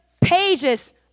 pages